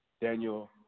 Daniel